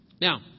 Now